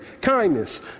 kindness